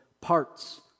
parts